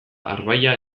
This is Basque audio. arbailla